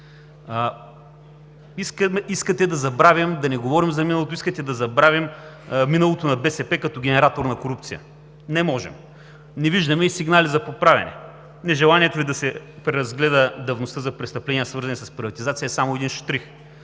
искате да забравим миналото на БСП като генератор на корупция. Не можем! Не виждаме и сигнали за поправяне. Нежеланието Ви да се преразгледа давността за престъпления, свързани с приватизация, е само един щрих.